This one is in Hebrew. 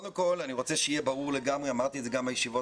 אני רוצה שיהיה ברור לגמרי אמרתי את זה גם בישיבות